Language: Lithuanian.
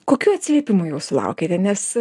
kokių atsiliepimų jau sulaukėte nes